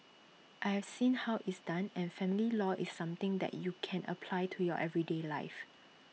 I have seen how it's done and family law is something that you can apply to your everyday life